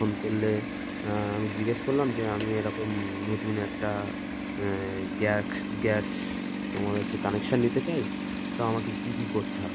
phone করলে আমি জিজ্ঞেস করলাম যে আমি এরকম নতুন একটা গ্যাস গ্যাস তোমার হচ্ছে কানেকশান নিতে চাই তো আমাকে কী কী করতে হবে